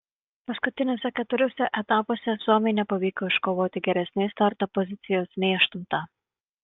paskutiniuose keturiuose etapuose suomiui nepavyko iškovoti geresnės starto pozicijos nei aštunta